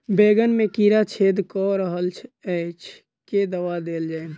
बैंगन मे कीड़ा छेद कऽ रहल एछ केँ दवा देल जाएँ?